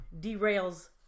derails